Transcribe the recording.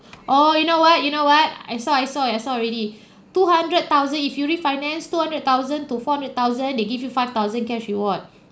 oh you know what you know what I saw I saw I saw already two hundred thousand if you refinance two hundred thousand to four hundred thousand they give you five thousand cash reward